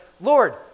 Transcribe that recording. Lord